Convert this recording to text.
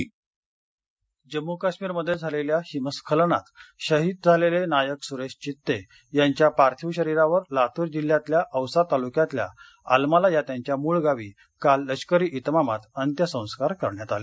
शहीद अंत्यसंस्कार लातर जम्मू काश्मिर मध्ये झालेल्या हिमस्खलनात शहीद झालले नायक सुरेश यित्ते यांच्या पार्थिव शरीरावर लातूर जिल्ह्यातल्या औसा तालुक्यातल्या आलमला या त्यांच्या मुळगावी काल लष्करी विमामात अंत्यसंस्कार करण्यात आले